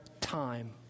time